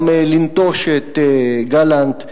גם לנטוש את גלנט.